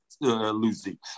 Lucy